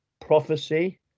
prophecy